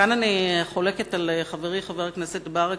שימו לב: